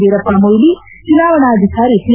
ವೀರಪ್ಪಮೊಯ್ಲಿ ಚುನಾವಣಾಧಿಕಾರಿ ಪಿ